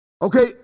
Okay